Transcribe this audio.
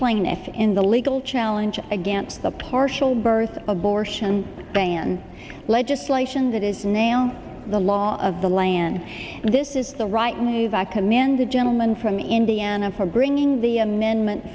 plaintiff in the legal challenge against the partial birth abortion ban legislation that is now the law of the land and this is the right move i command a gentleman from indiana for bringing the amendment